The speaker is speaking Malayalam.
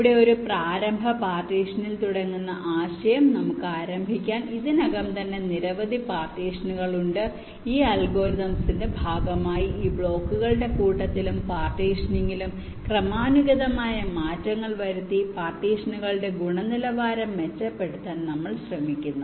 ഇവിടെ ഒരു പ്രാരംഭ പാർട്ടീഷനിൽ തുടങ്ങുന്ന ആശയം നമുക്ക് ആരംഭിക്കാൻ ഇതിനകം തന്നെ നിരവധി പാർട്ടീഷനുകൾ ഉണ്ട് ഈ അൽഗോരിതംസിന്റെ ഭാഗമായി ഈ ബ്ലോക്കുകളുടെ കൂട്ടത്തിലും പാർട്ടീഷനിങ്ങിലും ക്രമാനുഗതമായ മാറ്റങ്ങൾ വരുത്തി പാർട്ടീഷനുകളുടെ ഗുണനിലവാരം മെച്ചപ്പെടുത്താൻ നമ്മൾ ശ്രമിക്കുന്നു